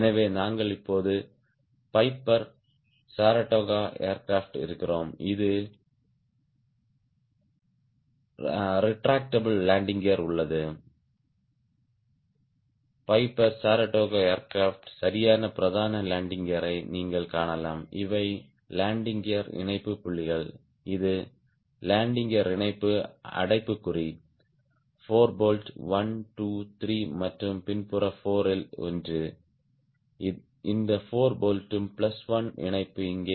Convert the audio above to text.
எனவே நாங்கள் இப்போது பைபர் சரடோகா ஏர்கிராப்ட் இருக்கிறோம் இது ரெட்ராக்டபிள் லேண்டிங் கியர் உள்ளது பைபர் சரடோகா ஏர்கிராப்ட் சரியான பிரதான லேண்டிங் கியரை நீங்கள் காணலாம் இவை லேண்டிங் கியர் இணைப்பு புள்ளிகள் இது லேண்டிங் கியர் இணைப்பு அடைப்புக்குறி 4 போல்ட் 1 2 3 மற்றும் பின்புற 4 இல் ஒன்று இந்த 4 போல்ட் பிளஸ் 1 இணைப்பு இங்கே